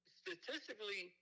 statistically